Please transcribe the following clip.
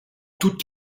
toute